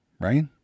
Right